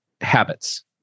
habits